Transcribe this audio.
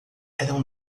eram